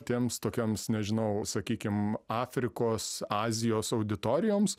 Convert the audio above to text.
tiems tokioms nežinau sakykim afrikos azijos auditorijoms